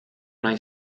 nahi